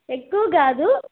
ఎక్కువ కాదు